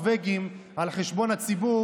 הרי אנחנו מדברים על מצע מול מצע,